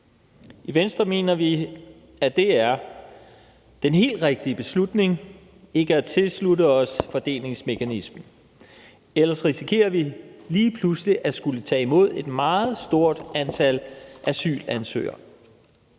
I Venstre mener vi, at det er den helt rigtige beslutning ikke at tilslutte os fordelingsmekanismen. Ellers risikerer vi lige pludselig at skulle tage imod et meget stort antal asylansøgere.